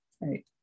Right